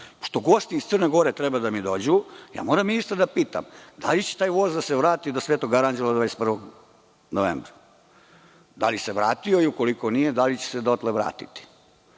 sata. Pošto gosti iz Crne Gore treba da mi dođu, moram ministra da pitam – da li će taj voz da se vrati do Svetog Aranđela, do 21. novembra? Da li se vratio i ukoliko nije, da li će se dotle vratiti